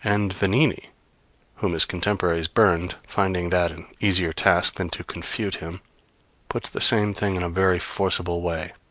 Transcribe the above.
and vanini whom his contemporaries burned, finding that an easier task than to confute him puts the same thing in a very forcible way.